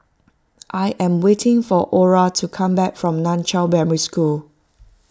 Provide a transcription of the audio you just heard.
I am waiting for Orah to come back from Nan Chiau Primary School